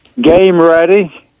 game-ready